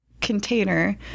container